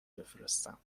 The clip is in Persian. بفرستم